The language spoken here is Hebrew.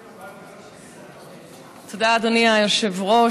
תודה, אדוני היושב-ראש.